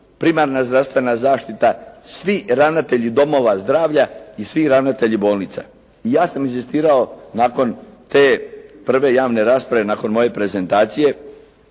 primarna zdravstvena zaštita, svi ravnatelji domova zdravlja i svi ravnatelji bolnica. I ja sam inzistirao nakon te prve javne rasprave, nakon moje prezentacije